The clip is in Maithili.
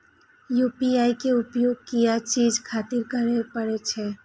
यू.पी.आई के उपयोग किया चीज खातिर करें परे छे?